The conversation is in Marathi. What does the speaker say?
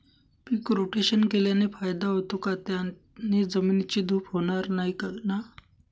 पीक रोटेशन केल्याने फायदा होतो का? त्याने जमिनीची धूप होणार नाही ना?